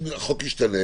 אם החוק ישתנה